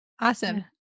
Awesome